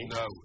no